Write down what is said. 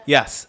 Yes